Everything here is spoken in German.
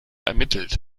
ermittelt